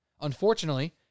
Unfortunately